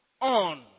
on